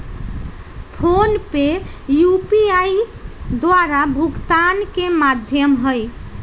PhonePe UPI द्वारा भुगतान के माध्यम हइ